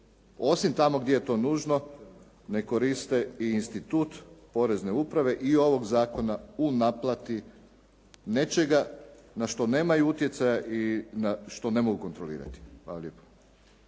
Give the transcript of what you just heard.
osim tamo gdje je to nužno, ne koriste i institut porezne uprave i ovog zakona u naplati nečega na što nemaju utjecaja i što ne mogu kontrolirati. Hvala lijepo.